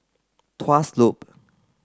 Tuas Loop